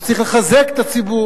הוא צריך לחזק את הציבור,